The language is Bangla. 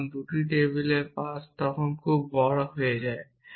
কারণ 2টি টেবিলের পাশ তখন খুব বড় হয়ে যায়